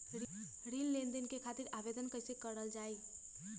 ऋण लेनदेन करे खातीर आवेदन कइसे करल जाई?